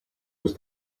was